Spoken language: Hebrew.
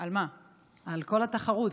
על כל התחרות,